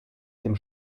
dem